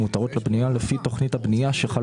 המותרות לבנייה לפי תוכנית הבנייה שחלה